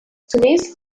zunächst